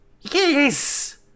Yes